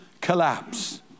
collapse